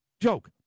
Joke